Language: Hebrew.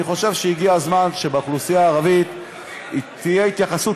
אני חושב שהגיע הזמן שבאוכלוסייה הערבית תהיה התייחסות